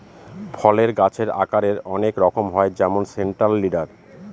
ফলের গাছের আকারের অনেক রকম হয় যেমন সেন্ট্রাল লিডার